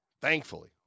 Thankfully